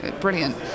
brilliant